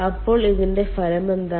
അപ്പോൾ ഇതിന്റെ ഫലം എന്താണ്